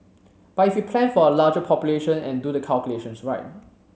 but if we plan for a larger population and do the calculations right